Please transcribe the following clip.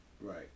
Right